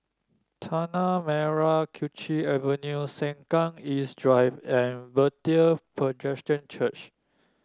Tanah Merah Kechil Avenue Sengkang East Drive and Bethel Presbyterian Church